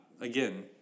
Again